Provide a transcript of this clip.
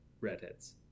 redheads